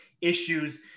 issues